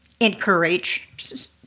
encourage